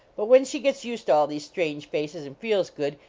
but when she gets used to all these strange faces, and feels good,